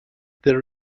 there